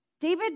David